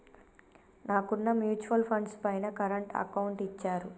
నాకున్న mutual funds పైన current account ఇచ్చారు